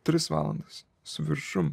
tris valandas su viršum